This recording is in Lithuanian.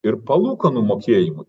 ir palūkanų mokėjimui